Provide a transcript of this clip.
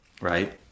Right